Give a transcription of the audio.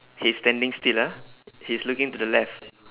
he is standing still ah he's looking to the left